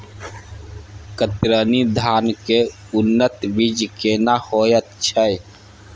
कतरनी धान के उन्नत बीज केना होयत छै?